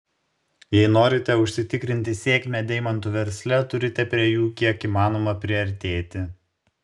jei norite užsitikrinti sėkmę deimantų versle turite prie jų kiek įmanoma priartėti